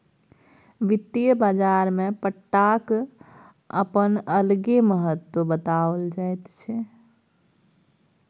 वित्तीय बाजारमे पट्टाक अपन अलगे महत्व बताओल जाइत छै